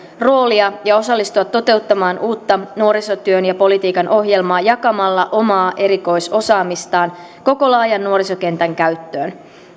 roolia ja osallistua toteuttamaan uutta nuorisotyön ja politiikan ohjelmaa jakamalla omaa erikoisosaamistaan koko laajan nuorisokentän käyttöön